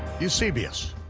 eusebius,